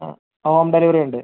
ആ home delivery ഉണ്ട്